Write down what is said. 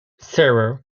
zero